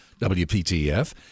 WPTF